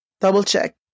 Double-check